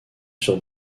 sur